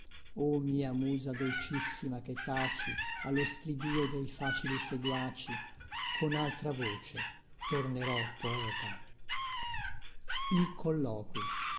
o mia musa dolcissima che taci allo stridìo dei facili seguaci con altra voce tornerò poeta